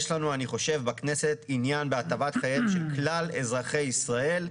יש לנו אני חושב בכנסת עניין בהטבת חייהם של כלל אזרחי ישראל,